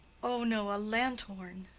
o, no, a lanthorn,